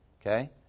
Okay